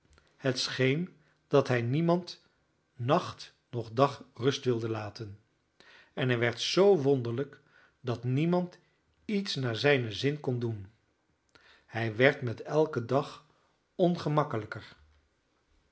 scheen dat hij niemand nacht noch dag rust wilde laten en hij werd zoo wonderlijk dat niemand iets naar zijnen zin kon doen hij werd met elken dag ongemakkelijker